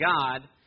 God